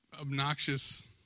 obnoxious